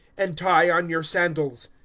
and tie on your sandals.